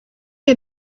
had